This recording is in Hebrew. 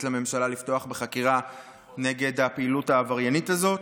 לממשלה לפתוח בחקירה נגד הפעילות העבריינית הזאת.